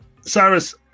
Cyrus